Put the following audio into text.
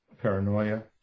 Paranoia